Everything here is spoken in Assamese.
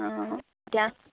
অঁ এতিয়া